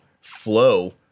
flow